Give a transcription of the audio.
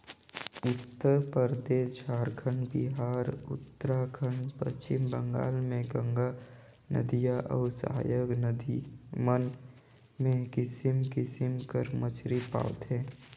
उत्तरपरदेस, झारखंड, बिहार, उत्तराखंड, पच्छिम बंगाल में गंगा नदिया अउ सहाएक नदी मन में किसिम किसिम कर मछरी पवाथे